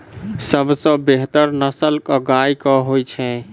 सबसँ बेहतर नस्ल केँ गाय केँ होइ छै?